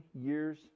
years